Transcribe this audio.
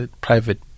private